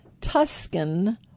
Tuscan